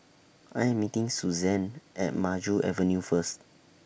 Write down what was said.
I Am meeting Suzanne At Maju Avenue First